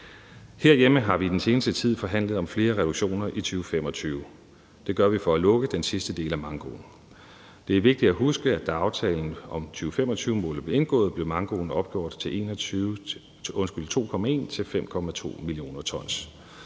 Herhjemme har vi den seneste tid forhandlet om flere reduktioner i 2025. Det gør vi for at lukke den sidste del af mankoen. Det er vigtigt at huske, at da aftalen om 2025-målet blev indgået, blev mankoen opgjort til 2,1-5,2 mio. t.